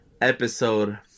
Episode